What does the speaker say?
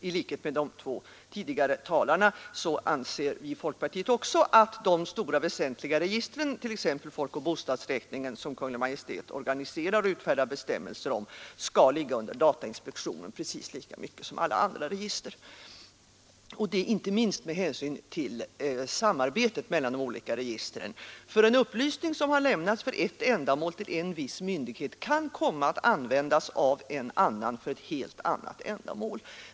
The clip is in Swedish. I likhet med de två tidigare talarna anser vi i folkpartiet att de stora, väsentliga registren, t.ex. folkoch bostadsräkningen, som Kungl. Maj:t organiserar och utfärdar bestämmelser om, skall ligga under datainspektionen precis lika mycket som alla andra register, inte minst med hänsyn till samarbetet mellan de olika registren. En upplysning som har lämnats för ett ändamål till en viss myndighet kan nämligen komma att användas av en annan för ett helt annat ändamål.